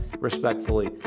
respectfully